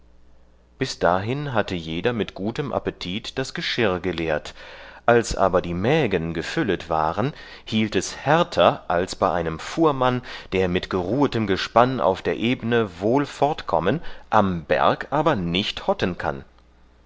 bis dahin hatte jeder mit gutem appetit das geschirr geleert als aber die mägen gefüllet waren hielt es härter als bei einem fuhrmann der mit geruhetem gespann auf der ebne wohl fortkommen am berg aber nicht hotten kann